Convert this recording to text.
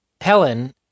Helen